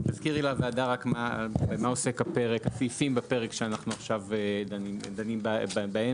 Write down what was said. תזכירי לוועדה סעיפים בפרק שאנחנו כעת דנים בהם